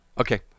Okay